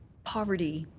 poverty